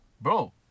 bro